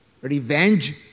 revenge